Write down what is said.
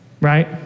right